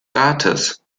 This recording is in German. rates